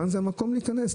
כאן זה המקום להיכנס,